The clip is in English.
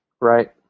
Right